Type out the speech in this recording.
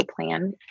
plan